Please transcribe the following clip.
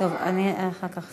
טוב, אני אחר כך.